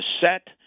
set